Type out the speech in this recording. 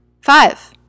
Five